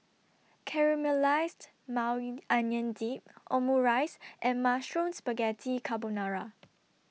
Caramelized Maui Onion Dip Omurice and Mushroom Spaghetti Carbonara